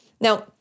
Now